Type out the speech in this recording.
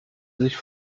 sich